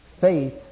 Faith